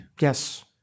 Yes